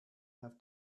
have